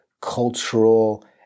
cultural